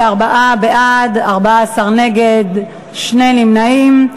44 בעד, 14 נגד, שני נמנעים.